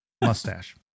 Mustache